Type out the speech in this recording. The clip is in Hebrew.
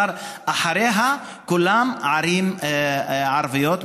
אבל אחריה כולן ערים ערביות,